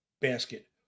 basket